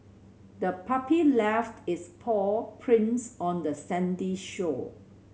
the puppy left its paw prints on the sandy shore